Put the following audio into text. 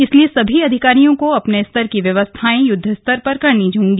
इसलिए सभी अधिकारियों को अपने स्तर की व्यवस्थाएं युद्ध स्तर पर पूरी करनी होंगी